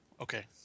okay